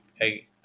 Hey